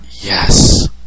Yes